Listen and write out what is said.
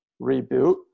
reboot